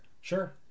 Sure